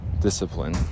Discipline